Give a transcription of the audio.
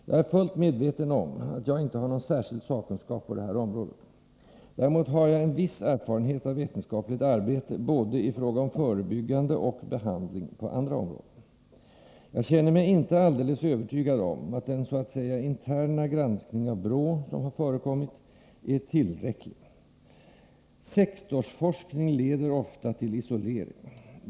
Jag är fullt medveten om att jag inte har någon särskild sakkunskap på det här området. Däremot har jag en viss erfarenhet av vetenskapligt arbete på andra områden, i fråga om både förebyggande åtgärder och behandling. Jag känner mig inte alldeles övertygad om att den så att säga interna granskning av BRÅ som har förekommit är tillräcklig. ”Sektorsforskning” leder ofta till isolering.